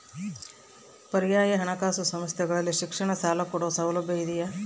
ಪರ್ಯಾಯ ಹಣಕಾಸು ಸಂಸ್ಥೆಗಳಲ್ಲಿ ಶಿಕ್ಷಣ ಸಾಲ ಕೊಡೋ ಸೌಲಭ್ಯ ಇದಿಯಾ?